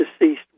deceased